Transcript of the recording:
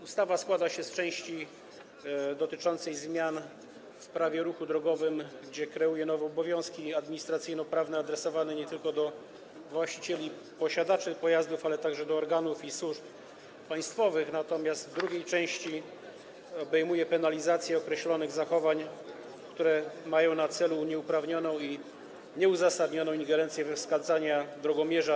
Ustawa składa się z części dotyczącej zmian w Prawie o ruchu drogowym, gdzie kreuje się nowe obowiązki administracyjnoprawne, adresowane nie tylko do właścicieli i posiadaczy pojazdów, ale także do organów i służb państwowych, i drugiej części, obejmującej penalizację określonych zachowań, które mają na celu nieuprawnioną i nieuzasadnioną ingerencję we wskazania drogomierza.